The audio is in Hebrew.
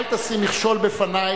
אל תשים מכשול בפני,